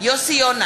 יוסי יונה,